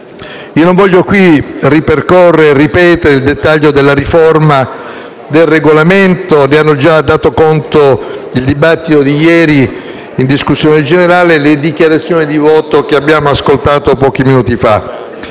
Io non voglio qui ripercorrere e ripetere il dettaglio della riforma del Regolamento. Ne hanno già dato conto il dibattito di ieri in discussione generale e le dichiarazioni di voto che abbiamo ascoltato pochi minuti fa.